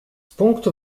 punktu